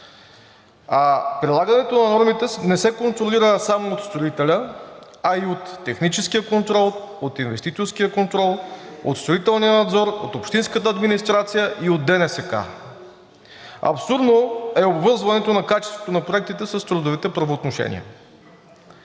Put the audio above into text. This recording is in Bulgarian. Прилагането на нормите не се контролира само от строителя, а и от техническия контрол, от инвеститорския контрол, от строителния надзор, от общинската администрация и от ДНСК. Абсурдно е обвързването на качеството на проектите с трудовите правоотношения.